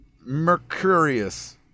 Mercurius